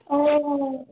হয় হয়